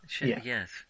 Yes